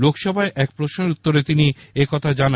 লোকসভার এক প্রশ্নের উত্তরে তিনি একথা জানান